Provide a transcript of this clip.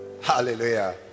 Hallelujah